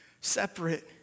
separate